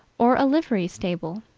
or a livery stable.